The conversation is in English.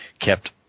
kept